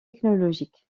technologique